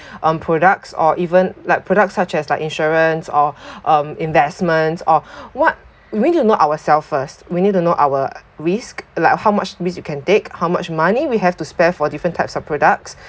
um products or even like products such as like insurance or um investments or what we need to know ourselves first we need to know our risk like how much risk you can take how much money we have to spare for different types of products